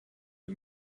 the